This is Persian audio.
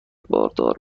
باردار